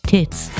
Tits